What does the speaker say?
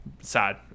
sad